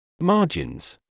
Margins